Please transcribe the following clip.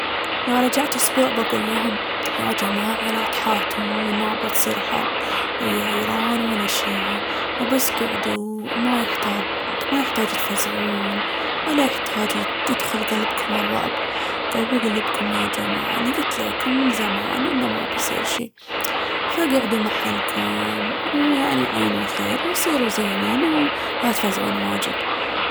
لو رجعت أسبوع بقول ليهم يا جماعة لا تحاتون، ما بتصير حرب ويا إيران ولا شي. وبس قعدوا وما يحتاج- ما يحتاج تفزعون ولا يحتاج يدخل قلبكم الرعب، قووا قلوبكم يا جماعة أني قلت لكم من زمان إنه ما بيصير شي، فقعدوا محلكم ويعني عينوا خير وصيروا زينين ولا تفزعون واجد.